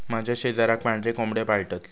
माझ्या शेजाराक पांढरे कोंबड्यो पाळतत